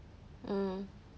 hmm